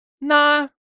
nah